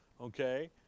Okay